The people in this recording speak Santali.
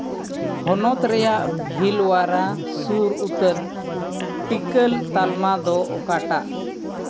ᱦᱚᱱᱚᱛ ᱨᱮᱭᱟᱜ ᱵᱷᱤᱞᱚᱣᱟᱨᱟ ᱥᱩᱨ ᱩᱛᱟᱹᱨ ᱴᱤᱠᱟᱹ ᱛᱟᱞᱢᱟ ᱫᱚ ᱚᱠᱟᱴᱟᱜ